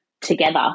together